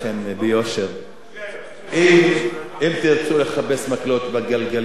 אם תרצו לחפש מקלות בגלגלים של המשא-ומתן המדיני לשלום,